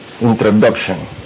introduction